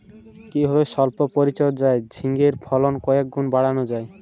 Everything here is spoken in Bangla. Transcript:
কিভাবে সল্প পরিচর্যায় ঝিঙ্গের ফলন কয়েক গুণ বাড়ানো যায়?